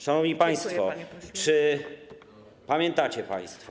Szanowni państwo, czy pamiętacie państwo.